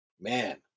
man